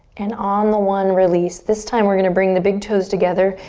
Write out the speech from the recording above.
and on the one, release. this time we're gonna bring the big toes together,